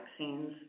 vaccines